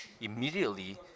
immediately